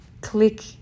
click